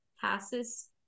passes